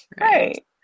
Right